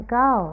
go